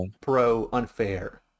pro-unfair